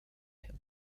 him